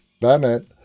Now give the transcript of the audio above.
Bennett